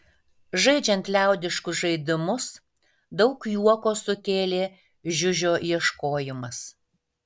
žaidžiant liaudiškus žaidimus daug juoko sukėlė žiužio ieškojimas